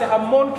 זה המון כסף,